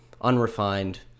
unrefined